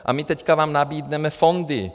A my teď vám nabídneme fondy.